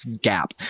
gap